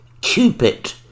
Cupid